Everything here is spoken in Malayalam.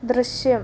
ദൃശ്യം